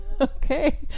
Okay